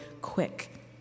quick